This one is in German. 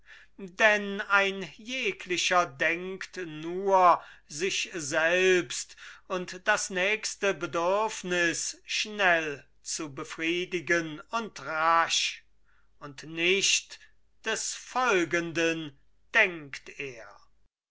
denn ein jeglicher denkt nur sich selbst und das nächste bedürfnis schnell zu befriedigen und rasch und nicht des folgenden denkt er